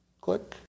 click